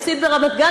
יפסיד ברמת-גן,